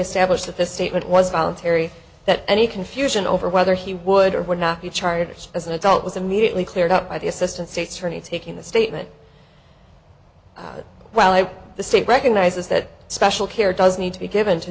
established that the statement was voluntary that any confusion over whether he would or would not be charged as an adult was immediately cleared up by the assistant state's attorney taking the statement while the state recognizes that special care does need to be given to